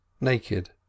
naked